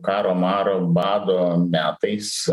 karo maro bado metais